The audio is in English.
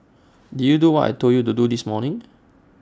did you do what I Told you to do this morning